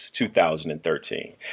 2013